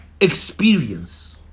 experience